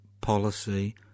policy